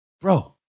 bro